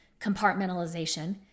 compartmentalization